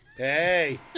Hey